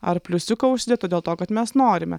ar pliusiuką užsidėt o dėl to kad mes norime